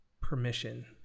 permission